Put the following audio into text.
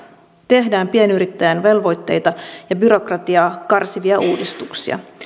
tehdään pienyrittäjän velvoitteita ja byrokratiaa karsivia uudistuksia